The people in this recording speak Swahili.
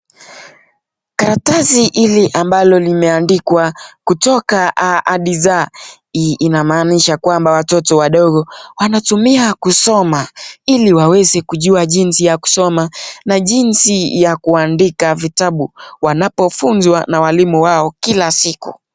Karatasi hili ambalo limeandikwa kutoka A hadi Z. Inamaanisha kwamba watoto wadogo wanatumia kusoma ili waweze kujua jinsi ya kusoma na jinsi ya kuandika vitabu wanapofunzwa na walimu wao kila siku.